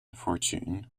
fortune